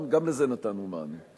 גם לזה נתנו מענה.